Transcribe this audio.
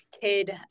kid